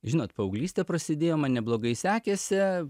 žinot paauglystė prasidėjo man neblogai sekėsi